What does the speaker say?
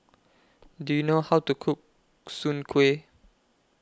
Do YOU know How to Cook Soon Kway